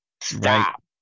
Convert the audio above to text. stop